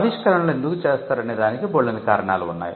ఆవిష్కరణలు ఎందుకు చేస్తారు అనే దానికి బోల్డన్ని కారణాలు ఉన్నాయి